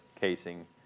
casing